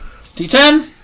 d10